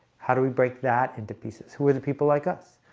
how do we break that into pieces? who are the people like us?